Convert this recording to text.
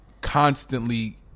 constantly